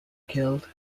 killed